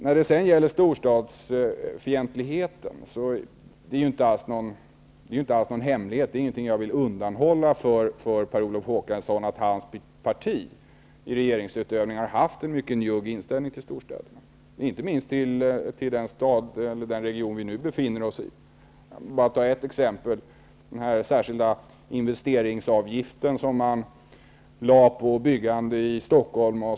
När det sedan gäller storstadsfientligheten är det inte någon hemlighet -- det är inget jag vill undanhålla för Per Olof Håkansson -- att hans parti i regeringsutövning har haft en mycket njugg inställning till storstäderna, inte minst till den region vi nu befinner oss i. Jag kan bara ta ett exempel: Den särskilda investeringsavgiften som man lade på byggande i Stockholm.